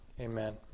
Amen